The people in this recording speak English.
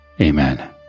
Amen